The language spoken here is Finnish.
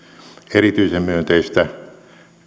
erityisen myönteistä